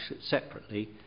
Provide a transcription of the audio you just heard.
separately